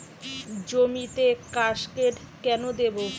জমিতে কাসকেড কেন দেবো?